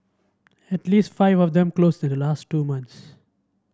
at least five of them closed in the last two months